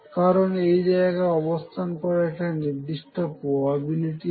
কারণ এই জায়গায় অবস্থান করার একটি নির্দিষ্ট প্রবাবিলিটি আছে